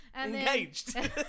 Engaged